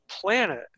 planet